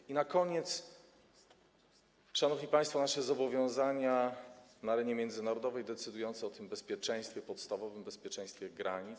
I na koniec, szanowni państwo, nasze zobowiązania na arenie międzynarodowej, decydujące o bezpieczeństwie, podstawowym bezpieczeństwie granic.